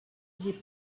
des